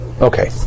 okay